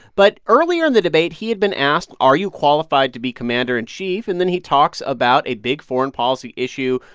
but earlier the debate, he had been asked, are you qualified to be commander in chief? and then he talks about a big foreign policy issue,